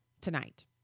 tonight